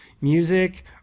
music